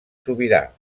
sobirà